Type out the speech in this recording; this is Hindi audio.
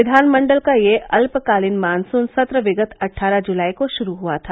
विधानमंडल का यह अल्पकालीन मानसून सत्र विगत अट्ठारह जुलाई को शुरू हुआ था